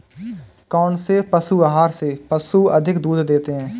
कौनसे पशु आहार से पशु अधिक दूध देते हैं?